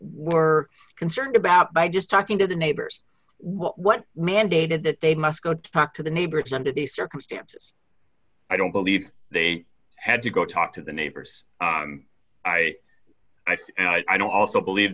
were concerned about by just talking to the neighbors what mandated that they must go talk to the neighbors under the circumstances i don't believe they had to go talk to the neighbors i and i don't also believe